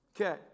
Okay